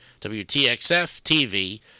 WTXF-TV